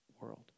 world